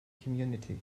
community